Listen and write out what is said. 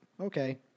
Okay